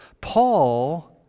Paul